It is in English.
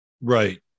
Right